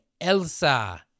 Elsa